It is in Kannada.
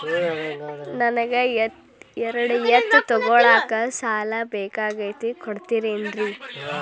ನನಗ ಎರಡು ಎತ್ತು ತಗೋಳಾಕ್ ಸಾಲಾ ಬೇಕಾಗೈತ್ರಿ ಕೊಡ್ತಿರೇನ್ರಿ?